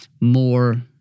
more